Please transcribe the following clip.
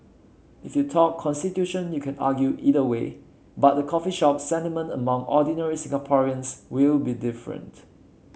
if you talk constitution you can argue either way but the coffee shop sentiment among ordinary Singaporeans will be different